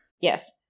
yes